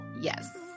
Yes